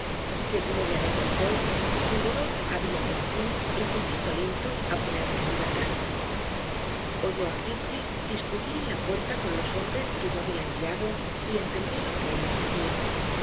según ella me contó su dolor había por fin inducido a linton a ponerla en libertad oyó a heathcliff discutir en la puerta con los hombres que yo había enviado y entendió lo que él les decía